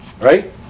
Right